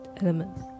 elements